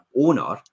owner